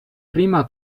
prima